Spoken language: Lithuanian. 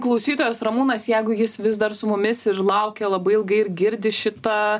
klausytojas ramūnas jeigu jis vis dar su mumis ir laukia labai ilgai ir girdi šitą